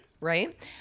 right